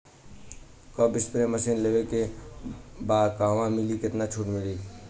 एक spray machine लेवे के बा कहवा मिली केतना छूट मिली?